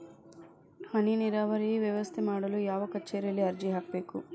ಹನಿ ನೇರಾವರಿ ವ್ಯವಸ್ಥೆ ಮಾಡಲು ಯಾವ ಕಚೇರಿಯಲ್ಲಿ ಅರ್ಜಿ ಹಾಕಬೇಕು?